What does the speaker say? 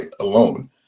alone